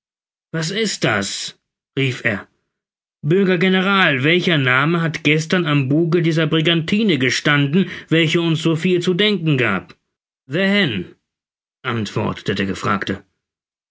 was ist das rief er bürger general welcher name hat gestern am buge dieser brigantine gestanden welche uns so viel zu denken gibt the hen antwortete der gefragte